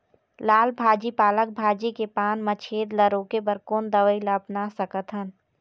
लाल भाजी पालक भाजी के पान मा छेद ला रोके बर कोन दवई ला अपना सकथन?